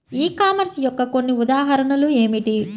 ఈ కామర్స్ యొక్క కొన్ని ఉదాహరణలు ఏమిటి?